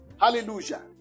Hallelujah